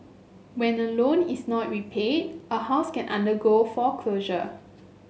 when a loan is not repaid a house can undergo foreclosure